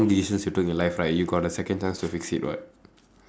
decisions you took in life right you got a second chance to fix it [what]